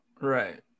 Right